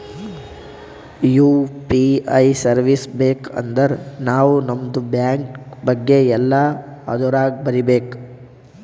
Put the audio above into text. you P I service ಬೇಕ್ ಅಂದರ್ ನಾವ್ ನಮ್ದು ಬ್ಯಾಂಕ ಬಗ್ಗೆ ಎಲ್ಲಾ ಅದುರಾಗ್ ಬರೀಬೇಕ್